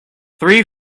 three